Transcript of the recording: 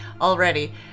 already